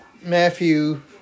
Matthew